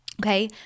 okay